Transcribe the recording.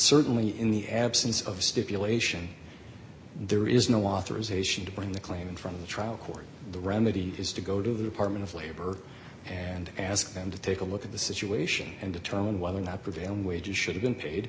certainly in the absence of stipulation there is no authorization to bring the claim in from the trial court the remedy is to go to the apartment of labor and ask them to take a look at the situation and determine whether or not prevailing wages should have been paid